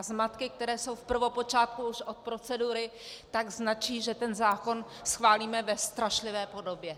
Zmatky, které jsou v prvopočátku už od procedury, značí, že ten zákon schválíme ve strašlivé podobě.